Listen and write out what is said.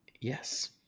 Yes